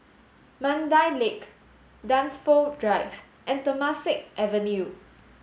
Mandai Lake Dunsfold Drive and Temasek Avenue